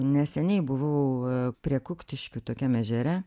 neseniai buvau prie kuktiškių tokiam ežere